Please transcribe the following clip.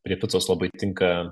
prie picos labai tinka